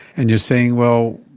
and you're saying, well,